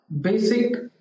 Basic